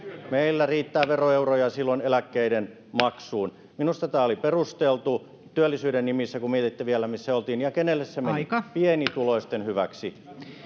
meillä riittää veroeuroja silloin eläkkeiden maksuun minusta tämä oli perusteltu työllisyyden nimissä kun mietitte vielä missä oltiin ja kenelle se meni pienituloisten hyväksi